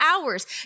hours